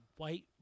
White